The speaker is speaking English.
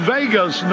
Vegas